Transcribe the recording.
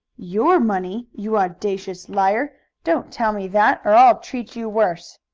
your money, you owdacious liar! don't tell me that or i'll treat you worse!